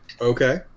Okay